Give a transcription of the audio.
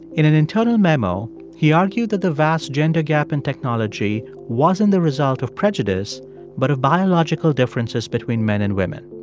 in an internal memo, he argued that the vast gender gap in technology wasn't the result of prejudice but of biological differences between men and women.